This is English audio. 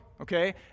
okay